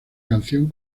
canción